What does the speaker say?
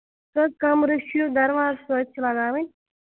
کٔژ کمرٕ چھِ دروازٕ کٔژ چھِ لَگاوٕنۍ